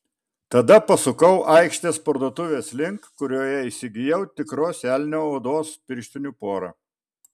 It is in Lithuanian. tada pasukau aikštės parduotuvės link kurioje įsigijau tikros elnio odos pirštinių porą